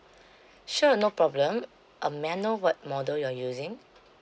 sure no problem um may I know what model you are using